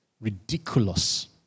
ridiculous